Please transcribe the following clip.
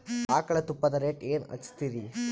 ಆಕಳ ತುಪ್ಪದ ರೇಟ್ ಏನ ಹಚ್ಚತೀರಿ?